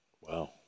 Wow